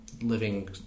living